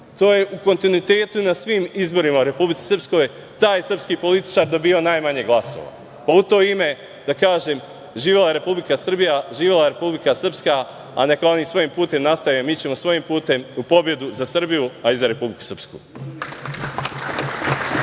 to je u kontinuitetu na svim izborima u Republici Srpskoj taj srpski političar dobijao najmanje glasova.U to ime da kažem, živela Republika Srbija, živela Republike Srpska, a neka oni svojim putem nastave, mi ćemo svojim putem u pobedu za Srbiju, a i za Republiku Srpsku.